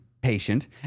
patient